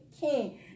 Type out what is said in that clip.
king